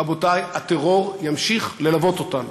רבותי, הטרור ימשיך ללוות אותנו,